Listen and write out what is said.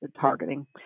targeting